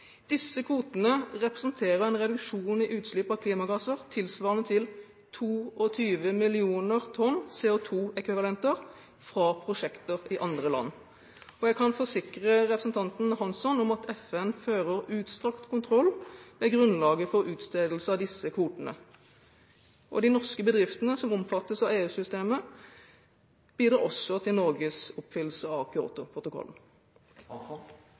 Disse kvotene representerer en reduksjon i utslipp av klimagasser tilsvarende 22 millioner tonn CO2-ekvivalenter fra prosjekter i andre land. Jeg kan forsikre representanten Hansson om at FN fører utstrakt kontroll med grunnlaget for utstedelse av disse kvotene. De norske bedriftene som omfattes av EUs kvotesystem, bidrar også til Norges oppfyllelse av